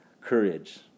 courage